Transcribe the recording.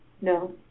No